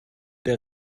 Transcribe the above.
der